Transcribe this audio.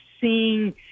seeing